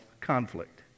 conflict